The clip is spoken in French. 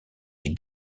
des